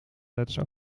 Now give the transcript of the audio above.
letters